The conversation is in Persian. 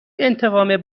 انتقام